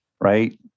right